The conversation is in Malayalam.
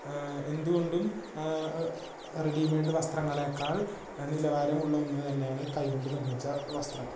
എന്തുകൊണ്ടും റെഡിമേഡ് വസ്ത്രങ്ങളെക്കാൾ നിലവാരമുള്ള ഒന്നു തന്നെയാണ് കയ്യോണ്ട് നിർമിച്ച വസ്ത്രങ്ങൾ